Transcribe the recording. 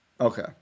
Okay